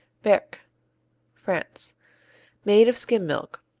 berques france made of skim milk.